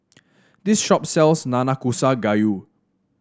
this shop sells Nanakusa Gayu